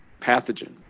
pathogen